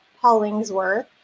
Hollingsworth